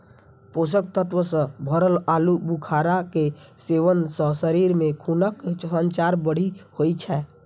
पोषक तत्व सं भरल आलू बुखारा के सेवन सं शरीर मे खूनक संचार बढ़िया होइ छै